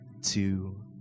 two